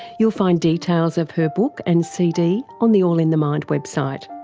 you'll find details of her book and cd on the all in the mind website.